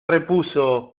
repuso